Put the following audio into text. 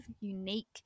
unique